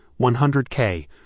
100K